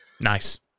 Nice